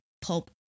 pulp